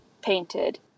painted